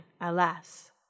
alas